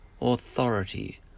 authority